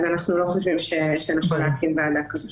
אז אנחנו לא חושבים שנכון להקים ועדה כזאת.